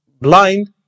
blind